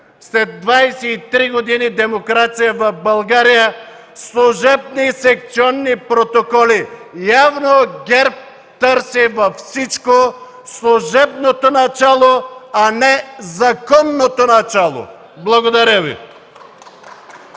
след 23 години демокрация в България служебни и секционни протоколи. Явно ГЕРБ търси във всичко служебното начало, а не законното начало. Благодаря Ви.